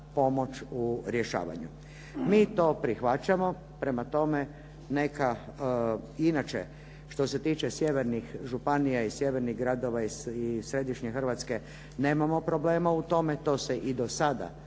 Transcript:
u rješavanju. Mi to prihvaćamo. Prema tome, neka inače što se tiče sjevernih županija, sjevernih gradova iz središnje Hrvatske nemamo problema u tome, to se i do sada